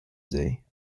day